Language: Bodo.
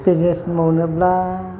बिजनेस मावनोब्ला